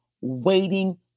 waiting